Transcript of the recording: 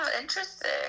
interesting